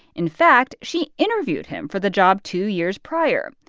in fact, she interviewed him for the job two years prior.